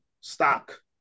stock